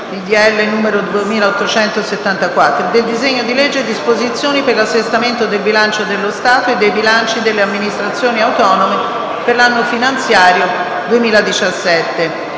di discussione del disegno di legge recante: "Disposizioni per l'assestamento del bilancio dello Stato e dei bilanci delle Amministrazioni autonome per l'anno finanziario 2017";